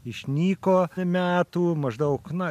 išnyko metų maždaug na